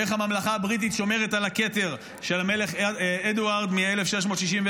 או איך הממלכה הבריטית שומרת על הכתר של המלך אדוארד מ-1661,